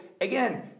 again